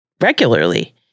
regularly